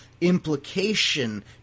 implication